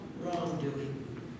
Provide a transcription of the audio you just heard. wrongdoing